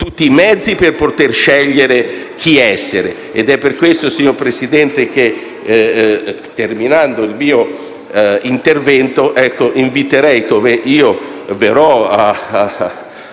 tutti i mezzi per poter scegliere chi essere.